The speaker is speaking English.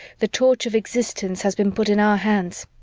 the torch of existence has been put in our hands.